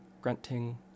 grunting